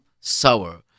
sour